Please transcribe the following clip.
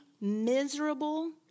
miserable